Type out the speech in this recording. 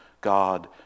God